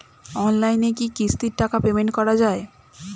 অনলাইনে কি কিস্তির টাকা পেমেন্ট করা যায়?